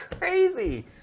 crazy